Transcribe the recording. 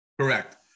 Correct